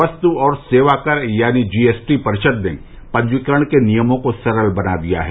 वस्तु और सेवाकर यानी जीएसटी परिषद ने पंजीकरण के नियमों को सरल बना दिया है